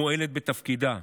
מועלת בתפקידה.